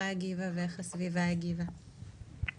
אז